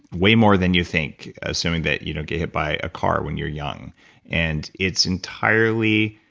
way more than you think. assuming that you don't get hit by a car when you're young and it's entirely,